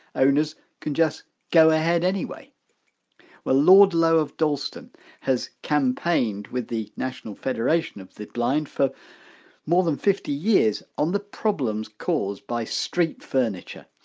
owners can just go ahead anyway well lord low of dalston has campaigned, with the national federation of the blind, for more than fifty years on the problems caused by street furniture.